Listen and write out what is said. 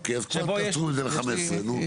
אוקיי, אז תקצרו את זה ל-15, נו.